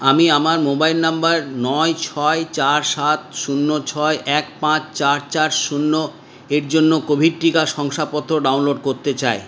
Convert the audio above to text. আমি আমার মোবাইল নম্বর নয় ছয় চার সাত শূন্য ছয় এক পাঁচ চার চার শূন্যর জন্য কোভিড টিকা শংসাপত্র ডাউনলোড করতে চাই